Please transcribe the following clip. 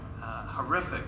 horrific